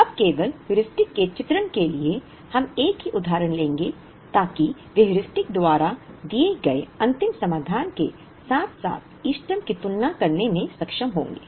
अब केवल हेयुरिस्टिक के चित्रण के लिए हम एक ही उदाहरण लेंगे ताकि वे हेयुरिस्टिक द्वारा दिए गए अंतिम समाधान के साथ साथ इष्टतम की तुलना करने में सक्षम होंगे